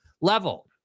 level